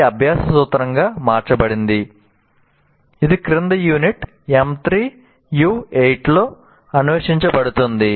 ఇది అభ్యాస సూత్రంగా మార్చబడింది ఇది క్రింది యూనిట్ M3U8 లో అన్వేషించబడుతుంది